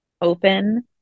open